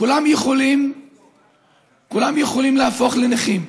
כולם יכולים להפוך לנכים,